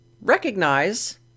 recognize